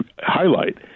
highlight